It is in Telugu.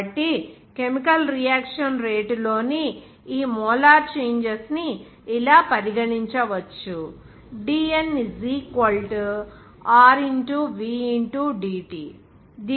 కాబట్టి కెమికల్ రియాక్షన్ రేటు లోని ఈ మోలార్ చేంజెస్ ని ఇలా పరిగణించవచ్చు